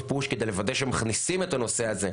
פוש כדי לוודא שמכניסים את הנושא הזה,